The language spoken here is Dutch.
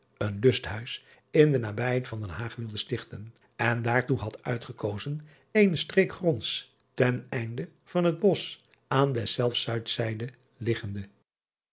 een usthuis in de nabijheid van den aag wilde stichten en daartoe had uitgekozen eene streek gronds ten einde van het osch aan deszelfs zuidzijde liggende